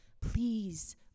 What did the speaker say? please